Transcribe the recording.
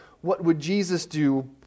what-would-Jesus-do